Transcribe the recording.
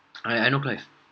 I I know clive